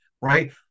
Right